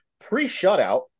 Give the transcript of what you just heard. pre-shutout